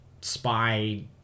spy